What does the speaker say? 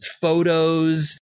photos